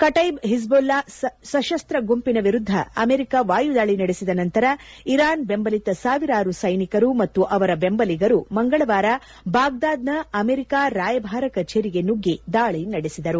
ಕಟ್ನೆಬ್ Hezbollah ಸಶಸ್ತ ಗುಂಪಿನ ವಿರುದ್ದ ಅಮೆರಿಕ ವಾಯುದಾಳಿ ನಡೆಸಿದ ನಂತರ ಇರಾನ್ ಬೆಂಬಲಿತ ಸಾವಿರಾರು ಸೈನಿಕರು ಮತ್ತು ಅವರ ಬೆಂಬಲಿಗರು ಮಂಗಳವಾರ ಬಾಗ್ಲಾದ್ ನ ಅಮೆರಿಕ ರಾಯಭಾರ ಕಚೇರಿಗೆ ನುಗ್ಗಿ ದಾಳಿ ನಡೆಸಿದರು